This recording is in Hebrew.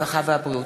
הרווחה והבריאות.